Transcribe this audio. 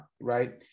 Right